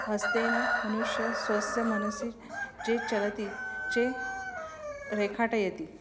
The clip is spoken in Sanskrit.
हस्तेन मनुष्यः स्वस्य मनसि ये चलति चेत् रेखाटयति